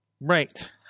Right